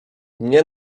nie